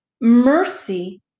mercy